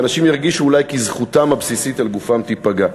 ואנשים ירגישו אולי כי זכותם הבסיסית על גופם תיפגע.